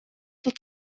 tot